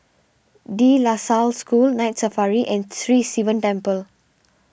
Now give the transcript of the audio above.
De La Salle School Night Safari and Sri Sivan Temple